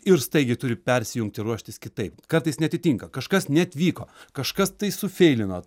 ir staigiai turi persijungt ir ruoštis kitaip kartais neatitinka kažkas neatvyko kažkas tai sufeilino